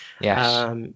Yes